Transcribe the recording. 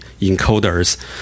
encoders